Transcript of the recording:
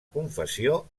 confessió